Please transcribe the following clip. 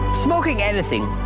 smoking anything,